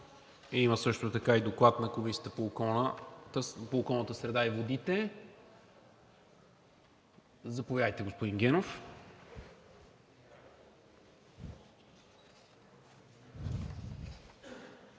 Има също така и Доклад на Комисията по околната среда и водите. Заповядайте, господин Генов.